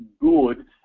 good